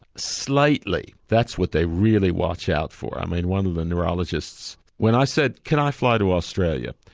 slightly, that's what they really watch out for, i mean one of the neurologists when i said can i fly to australia,